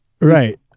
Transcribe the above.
Right